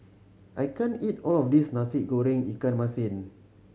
I can't eat all of this Nasi Goreng ikan masin